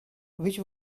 which